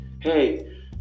Hey